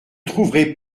trouverez